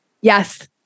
Yes